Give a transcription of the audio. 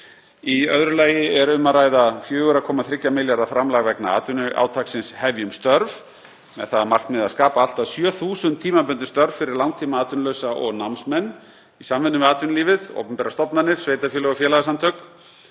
Í öðru lagi er um að ræða 4,3 milljarða framlag vegna atvinnuátaksins Hefjum störf með það að markmiði að skapa allt að 7.000 tímabundin störf fyrir langtímaatvinnulausa og námsmenn, í samvinnu við atvinnulífið, opinberar stofnanir, sveitarfélög og félagasamtök.